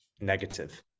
negative